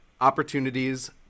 opportunities